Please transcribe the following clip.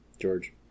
George